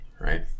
right